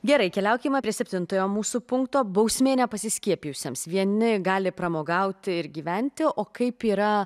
gerai keliaukime prie septintojo mūsų punkto bausmė nepasiskiepijusiems vieni gali pramogauti ir gyventi o kaip yra